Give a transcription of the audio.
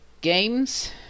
games